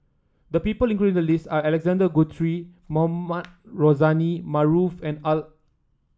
the people included in the list are Alexander Guthrie Mohamed Rozani Maarof and Al